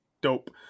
dope